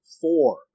four